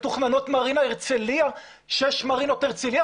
מתוכננות מרינה הרצליה, שש מרינות הרצליה.